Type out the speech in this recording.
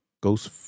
ghost